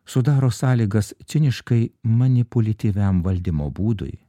sudaro sąlygas ciniškai manipulityviam valdymo būdui